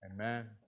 Amen